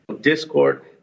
discord